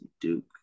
Duke